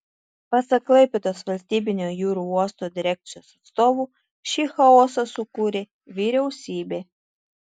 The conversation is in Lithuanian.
pasak klaipėdos valstybinio jūrų uosto direkcijos atstovų šį chaosą sukūrė vyriausybė